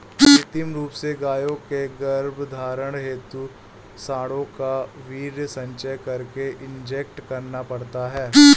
कृत्रिम रूप से गायों के गर्भधारण हेतु साँडों का वीर्य संचय करके इंजेक्ट करना पड़ता है